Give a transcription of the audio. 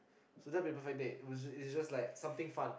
so that will be a perfect date it's it's just like something fun